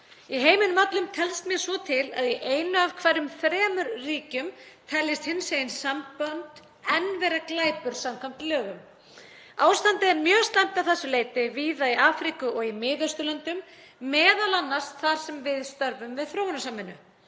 Í heiminum öllum telst mér svo til að í einu af hverjum þremur ríkjum teljist hinsegin sambönd enn glæpur samkvæmt lögum. Ástandið er mjög slæmt að þessu leyti víða í Afríku og í Miðausturlöndum, m.a. þar sem við störfum við þróunarsamvinnu.